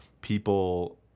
people